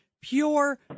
pure